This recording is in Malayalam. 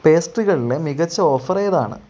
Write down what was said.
പേസ്റ്റുകളിലെ മികച്ച ഓഫറേതാണ്